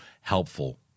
helpful